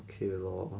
okay lor